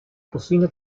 cocina